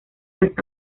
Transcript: las